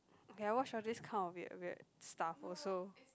ya I watch all these kind of weird weird stuff also